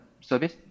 service